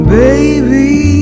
baby